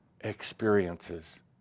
experiences